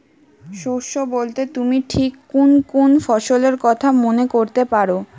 শস্য বোলতে তুমি ঠিক কুন কুন ফসলের কথা মনে করতে পার?